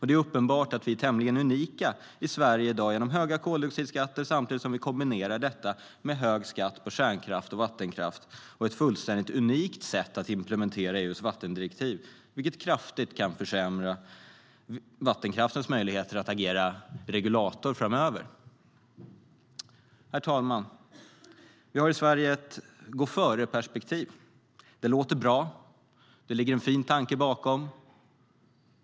Det är uppenbart att vi är tämligen unika i Sverige i dag genom att vi har höga koldioxidskatter samtidigt som vi kombinerar det med hög skatt på kärnkraft och vattenkraft och ett fullständigt unikt sätt att implementera EU:s vattendirektiv, vilket kraftigt kan försämra vattenkraftens möjligheter att agera regulator framöver. Herr talman! Vi har i Sverige ett gå-före-perspektiv. Det låter bra. Det ligger en fin tanke bakom.